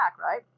right